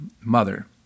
mother